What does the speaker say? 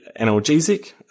analgesic